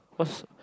what's